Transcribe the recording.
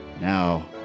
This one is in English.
Now